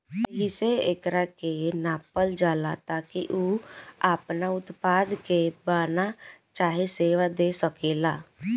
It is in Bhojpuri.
एहिसे एकरा के नापल जाला ताकि उ आपना उत्पाद के बना चाहे सेवा दे सकेला